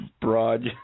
broad